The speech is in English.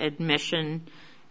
admission